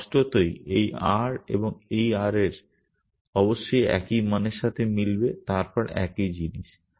তাই স্পষ্টতই এই r এবং এই r অবশ্যই একই মানের সাথে মিলবে তারপর একই জিনিস